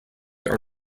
are